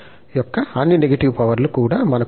యొక్క అన్ని negative power లు కూడా మనకు ఉన్నాయి